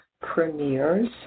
premieres